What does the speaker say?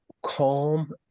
calm